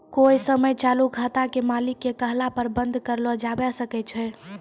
कोइ समय चालू खाते के मालिक के कहला पर बन्द कर लो जावै सकै छै